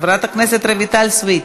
חברת הכנסת רויטל סויד,